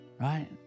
Right